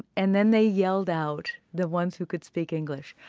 and then they yelled out, the ones who could speak english,